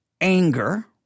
anger